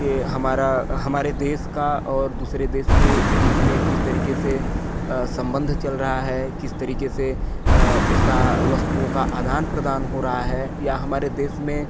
की हमारा हमारे देश का और दूसरे देश के बीच में किस तरीके से अ सम्बंध चल रहा है किस तरीके से अ उसका वस्तुओं का आदान प्रदान हो रहा है या हमारे देश में